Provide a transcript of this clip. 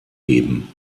geben